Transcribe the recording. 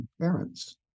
parents